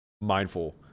mindful